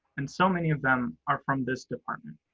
and so many of them are from this department.